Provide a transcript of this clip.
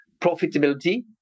profitability